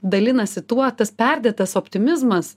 dalinasi tuo tas perdėtas optimizmas